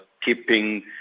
keeping